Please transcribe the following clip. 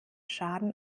schaden